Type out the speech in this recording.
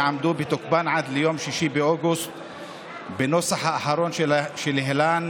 יעמדו בתוקפן עד ליום 6 באוגוסט בנוסח האחרון שלהן,